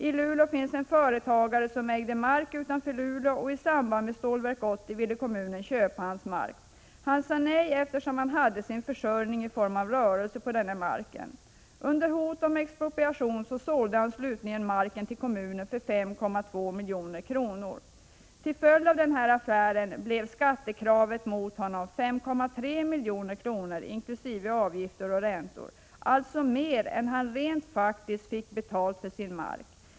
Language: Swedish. I Luleå finns en företagare som ägde mark utanför staden, och i samband med Stålverk 80 ville kommunen köpa hans mark. Han sade nej, eftersom han hade sin försörjning i form av en rörelse på den marken. Under hot om expropriation sålde han slutligen marken till kommunen för 5,2 milj.kr. Till följd av denna affär blev skattekravet mot honom 5,3 milj.kr. inklusive avgifter och räntor, alltså mer än han rent faktiskt fick betalt för sin mark.